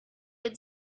had